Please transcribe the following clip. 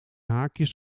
haakjes